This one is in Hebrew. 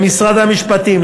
למשרד המשפטים,